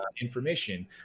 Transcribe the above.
information